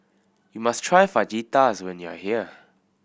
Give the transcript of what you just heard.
you must try Fajitas when you are here